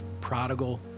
prodigal